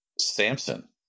Samson